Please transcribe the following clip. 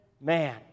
man